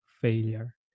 failure